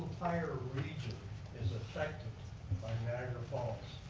entire region is affected by niagara falls.